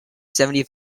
seventy